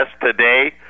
today